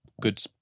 good –